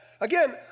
Again